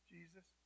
Jesus